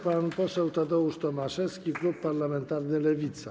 Pan poseł Tadeusz Tomaszewski, klub parlamentarny Lewica.